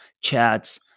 chats